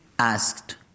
Asked